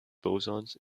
bosons